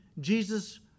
Jesus